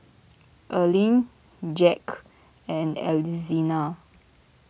Erline Jack and Alzina